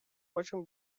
очень